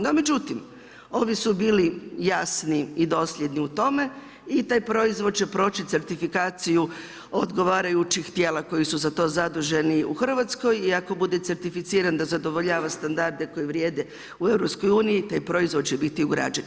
No, međutim, ovi su bili jasni i dosljedniji u tome, i taj proizvod će proći certifikaciju odgovarajućih tijela koji su za to zaduženi u Hrvatskoj i ako bude certificiran da zadovoljava standarde koji vrijede u EU, taj proizvod će biti ugrađen.